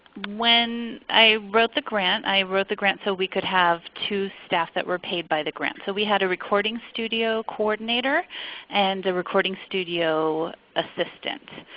when i wrote the grant i wrote the grant so we could have two staff that were paid by the grant. so we had a recording studio coordinator and a recording studio assistant.